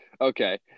Okay